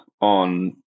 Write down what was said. on